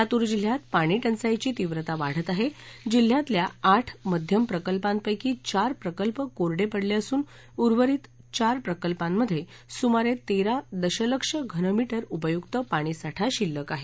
लातूर जिल्ह्यात पाणी टंचाईची तीव्रता वाढत आहे जिल्ह्यातल्या आठ मध्यम प्रकल्पांपैकी चार प्रकल्प कोरडे पडले असून उर्वरित चार प्रकल्पांमधे सुमारे तेरा दशलक्ष घनमीटर उपयुक्त पाणी साठा शिल्लक आहे